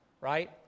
right